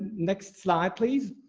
next slide please.